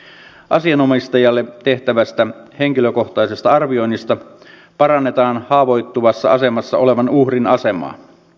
ehdotuksella asianomistajalle tehtävästä henkilökohtaisesta arvioinnista parannetaan haavoittuvassa asemassa olevan uhrin asemaa